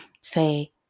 say